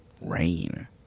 rain